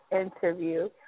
interview